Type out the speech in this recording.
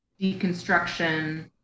deconstruction